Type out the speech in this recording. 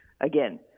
again